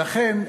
לכן,